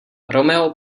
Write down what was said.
romeo